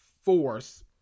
force